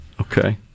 Okay